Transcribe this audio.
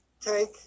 take